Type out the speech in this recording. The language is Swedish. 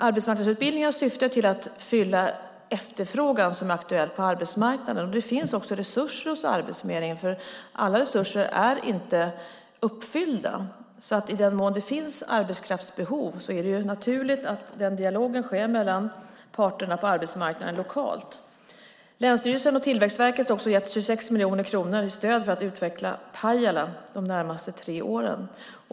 Arbetsmarknadsutbildningar syftar till att fylla aktuell efterfrågan på arbetsmarknaden. Det finns också resurser hos Arbetsförmedlingen. Alla resurser är inte upptagna. I den mån det finns arbetskraftsbehov är det naturligt att dialogen sker mellan de lokala parterna på arbetsmarknaden. Länsstyrelsen och Tillväxtverket har också gett 26 miljoner kronor i stöd för att utveckla Pajala de närmaste tre åren.